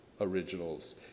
originals